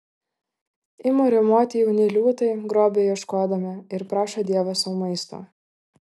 ima riaumoti jauni liūtai grobio ieškodami ir prašo dievą sau maisto